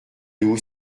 d’où